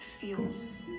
feels